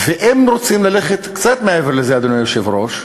אם רוצים ללכת קצת מעבר לזה, אדוני היושב-ראש,